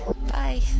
Bye